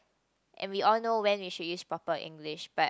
and we all know when we should use proper English but